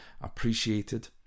appreciated